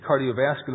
cardiovascular